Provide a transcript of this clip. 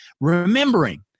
Remembering